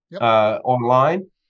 online